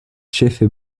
ĉefe